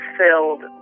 filled